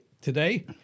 today